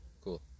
cool